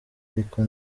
ariko